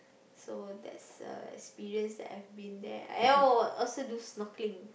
so that's uh experience that I've been there oh I also do snorkelling